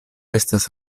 estas